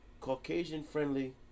Caucasian-friendly